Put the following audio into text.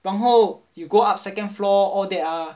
然后 you go up second floor there ah